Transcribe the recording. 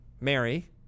Mary